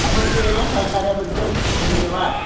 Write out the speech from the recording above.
आपण केलेल्या सहकार्याबद्दल धन्यवाद